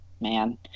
man